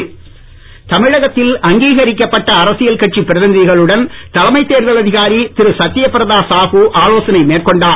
தமிழக தேர்தல்ஆணையம் தமிழகத்தில் அங்கீகரிக்கப்பட்ட அரசியில் கட்சி பிரதிநிதிகளுடன் தலைமை தேர்தல் அதிகாரி திரு சத்யபிரதா சாஹுஆலோசனை மேற்கொண்டார்